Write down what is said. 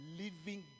living